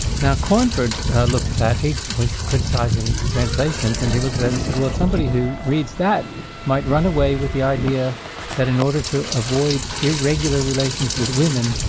now cornford looked at that, he was criticising translations and he looked at that and said, well somebody who reads that might run away with the idea that in order to avoid irregular relations with women,